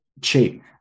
Cheap